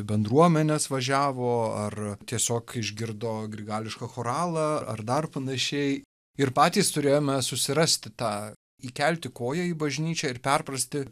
bendruomenes važiavo ar tiesiog išgirdo grigališką choralą ar dar panašiai ir patys turėjome susirasti tą įkelti koją į bažnyčią ir perprasti